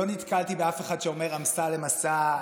לא נתקלתי באף אחד שאומר: אמסלם עשה,